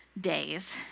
days